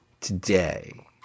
today